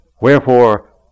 Wherefore